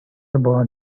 about